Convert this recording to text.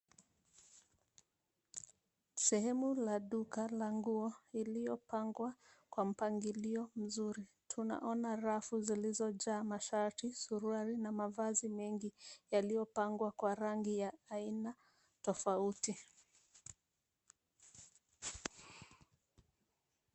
Sehemu ya duka la nguo iliyopangwa kwa mpangilio mzuri. Tunaona rafu zilizo jaa mashati, suruali na mavazi mengi yaliyo pangwa kwa rangi ya aina tofauti